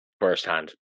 Firsthand